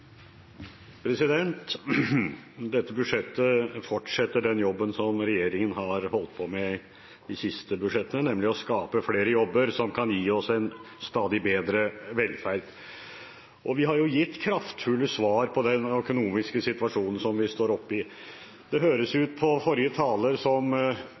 Dette budsjettet fortsetter den jobben som regjeringen har holdt på med i de siste budsjettene, nemlig å skape flere jobber som kan gi oss en stadig bedre velferd. Og vi har gitt kraftfulle svar på den økonomiske situasjonen vi står oppe i. Det høres på forrige taler ut som